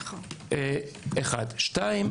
שנית,